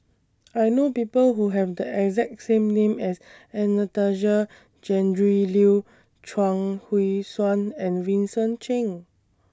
I know People Who Have The exact same name as Anastasia Tjendri Liew Chuang Hui Tsuan and Vincent Cheng